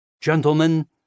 Gentlemen